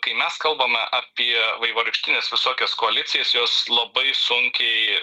kai mes kalbame apie vaivorykštines visokias koalicijas jos labai sunkiai